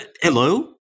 Hello